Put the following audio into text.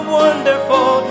wonderful